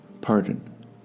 pardon